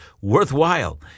worthwhile